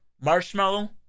Marshmallow